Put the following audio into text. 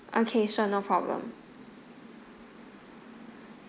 okay sure no problem